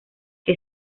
que